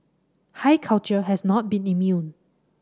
high culture has not been immune